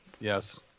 Yes